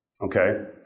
Okay